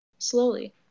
Slowly